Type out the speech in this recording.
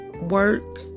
work